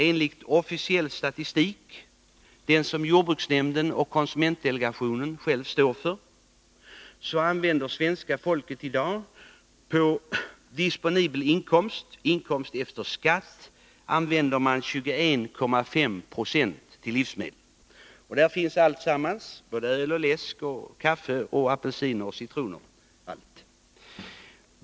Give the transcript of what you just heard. Enligt officiell statistik — den som jordbruksnämnden och konsumentdelegationen själva står för — använder svenska folket i dag av disponibel inkomst, efter skatt, 21,5 96 till livsmedel. I det finns allting — öl, läsk, kaffe, apelsiner och citroner.